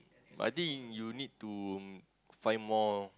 I think you need to find more